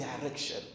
direction